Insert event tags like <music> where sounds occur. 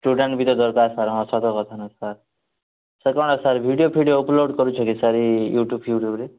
student ବି ଦରକାର୍ <unintelligible> ସତ କଥା ସାର୍ ସାର୍ କ'ଣ ସାର୍ ଭିଡ଼ିଓ ଫିଡ଼ିଓ ଅପଲୋଡ଼୍ କରିଛେ କି କିଛି ସାର୍ ୟୁଟ୍ୟୁବ୍ ଫିୟୁଟୁବରେ